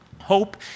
hope